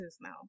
now